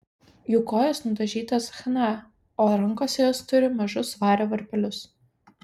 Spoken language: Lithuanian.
jų kojos nudažytos chna o rankose jos turi mažus vario varpelius